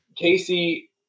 Casey